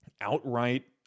outright